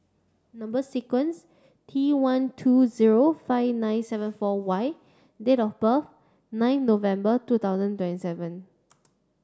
number sequence T one two zero five nine seven four Y date of birth nine November two thousand twenty seven